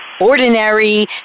ordinary